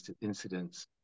incidents